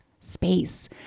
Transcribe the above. space